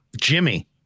Jimmy